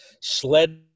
sled